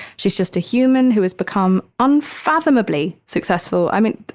she's just a human who has become unfathomably successful, i mean